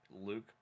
Luke